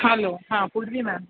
હાલો હા પૂર્વી મેમ